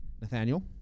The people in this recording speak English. Nathaniel